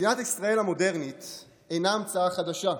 מדינת ישראל המודרנית אינה המצאה חדשה,